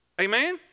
Amen